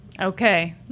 Okay